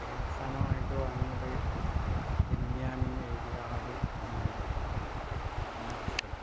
അതിൽ അവസാനമായിട്ട് വാങ്ങിയത് ബെന്ന്യാമിൻ എഴുതിയ ആടുജീവിതം എന്ന പുസ്തകമാണ്